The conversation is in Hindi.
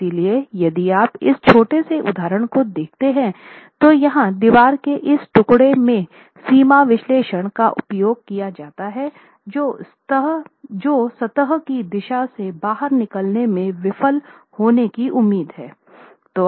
इसलिए यदि आप इस छोटे से उदाहरण को देखते हैं तो यहाँ दीवार के इस टुकड़े में सीमा विश्लेषण का उपयोग किया जाता है जो सतह की दिशा से बाहर निकलने में विफल होने की उम्मीद है